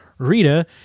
Rita